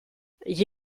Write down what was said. gli